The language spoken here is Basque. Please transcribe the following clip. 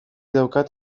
daukat